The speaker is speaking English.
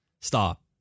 Stop